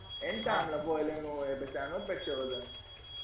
אין טעם לבוא אלינו בטענות בהקשר הזה.